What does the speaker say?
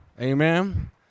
Amen